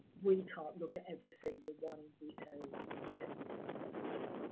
we can't look at every single one in detail and check for missing pages.